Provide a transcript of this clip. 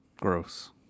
Gross